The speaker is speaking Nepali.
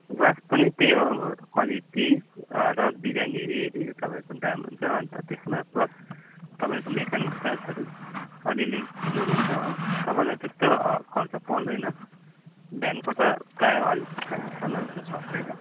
ग्लास पनि त्यही हो अब क्वालिटी र डिजाइन हेरी हेरी तपाईँको दाम हुन्छ अन्त त्यसमा प्लस तपाईँको मेकानिक चार्जहरू अलिलि जोडिन्छ हो तपाईँलाई त्यस्तो खर्च पर्दैन भेनको त प्रायः अलिक सा सामानहरू सस्तै छ